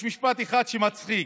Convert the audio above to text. יש משפט אחד מצחיק,